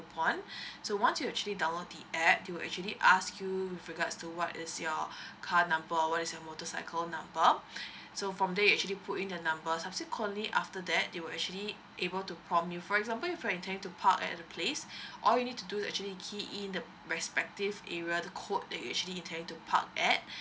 coupon so once you actually download the A_P_P they will actually ask you with regards to what is your car number what is your motorcycle number so from there you actually put in the numbers subsequently after that they will actually able to prom you for example if you intending to park at the place all you need to do is actually key in the respective area the code that you actually intending to park at